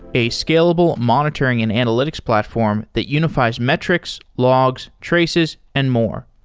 a scalable monitoring and analytics platform that unifi es metrics, logs, traces and more.